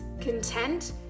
content